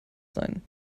sein